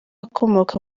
akomoka